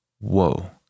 whoa